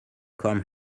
come